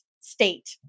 state